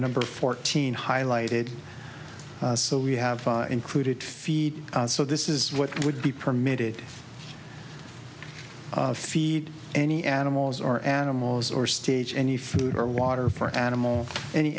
number fourteen highlighted so we have included feed so this is what would be permitted feed any animals or animals or stage any food or water for animals any